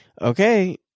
Okay